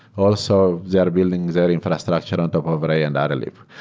also, they're building their infrastructure on top of ray and rllib.